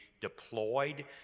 deployed